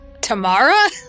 Tamara